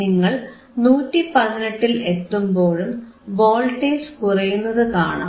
നിങ്ങൾ 118ൽ എത്തുമ്പോഴും വോൾട്ടേജ് കുറയുന്നതു കാണാം